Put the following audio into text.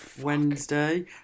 Wednesday